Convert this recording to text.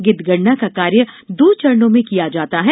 गिद्ध गणना का कार्य दो चरणों में किया जाता है